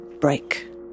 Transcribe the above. break